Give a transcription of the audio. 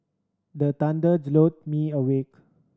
the thunder me awake